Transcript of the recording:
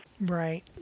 Right